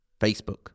Facebook